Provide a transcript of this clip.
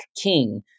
King